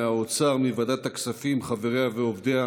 מהאוצר, מוועדת הכספים, חבריה ועובדיה,